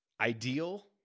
ideal